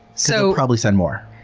so probably send more.